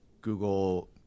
Google